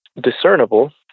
discernible